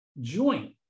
joint